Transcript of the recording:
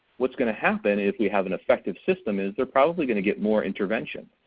what's gonna happen if we have an effective system is they're probably gonna get more intervention.